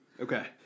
Okay